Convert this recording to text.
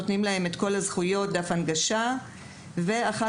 מיידעים אותם לגבי הזכויות שלהם ואחר